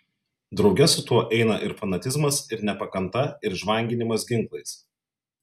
drauge su tuo eina ir fanatizmas ir nepakanta ir žvanginimas ginklais